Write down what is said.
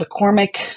McCormick